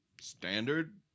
standard